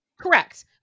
Correct